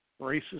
racist